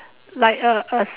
like a a